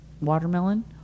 watermelon